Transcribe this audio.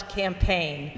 campaign